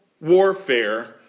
warfare